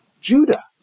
Judah